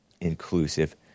Inclusive